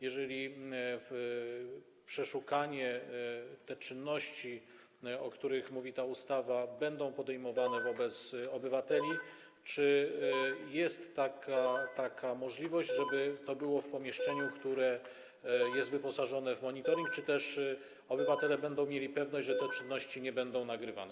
Jeżeli przeszukanie, te czynności, o których mówi ta ustawa, będą podejmowane wobec obywateli, czy jest taka możliwość, żeby to było w pomieszczeniu, które jest wyposażone w monitoring, czy też obywatele będą mieli pewność, że te czynności nie będą nagrywane?